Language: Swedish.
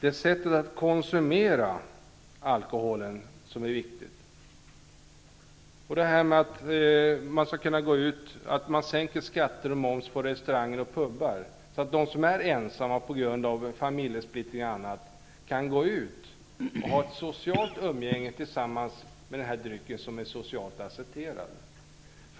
Det är sättet att konsumera alkohol som är det avgörande. Om man sänker skatter och moms på försäljningen i restauranger och pubar, kan de som är ensamma på grund av familjesplittringar och annat gå ut och ha ett socialt umgänge tillsammans med denna dryck, som är socialt accepterad.